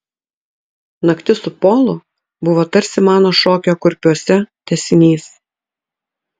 naktis su polu buvo tarsi mano šokio kurpiuose tęsinys